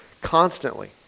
constantly